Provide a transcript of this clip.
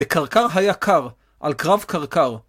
בקרקר היה קר, על קרב קרקר